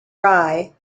rye